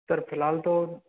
sir फ़िलहाल तो